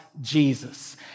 Jesus